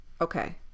okay